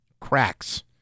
cracks